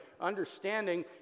understanding